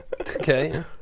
okay